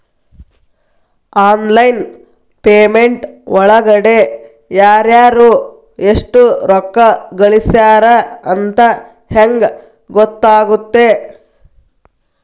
Online payment ಒಳಗಡೆ ಯಾರ್ಯಾರು ಎಷ್ಟು ರೊಕ್ಕ ಕಳಿಸ್ಯಾರ ಅಂತ ಹೆಂಗ್ ಗೊತ್ತಾಗುತ್ತೆ?